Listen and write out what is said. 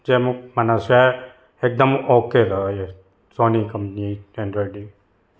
चइबो मना शइ हिकदमि ओके अथव इहा सोनी कंपनीअ जी ऐंड्रॉइड टी वी